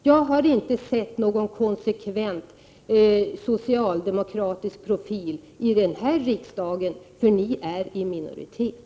Jag har inte sett någon konsekvent socialdemokratisk profil i denna riksdag, eftersom socialdemokraterna är i minoritet.